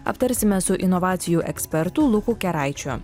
aptarsime su inovacijų ekspertu luku keraičiu